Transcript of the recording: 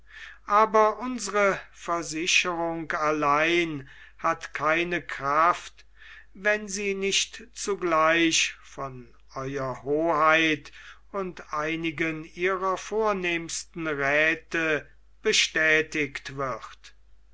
aber unsre versicherung allein hat keine kraft wenn sie nicht zugleich von ew hoheit und einigen ihrer vornehmsten räthe bestätigt wird